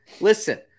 listen